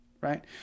right